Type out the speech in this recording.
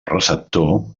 receptor